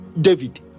David